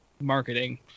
marketing